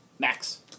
Max